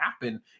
happen